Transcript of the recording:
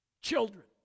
Children